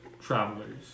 travelers